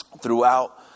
throughout